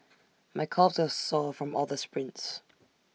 my calves are sore from all the sprints